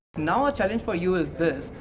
now a challenge for you is this,